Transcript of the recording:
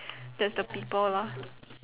that's the people lah